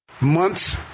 months